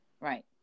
right